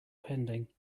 pending